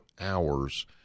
hours